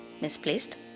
misplaced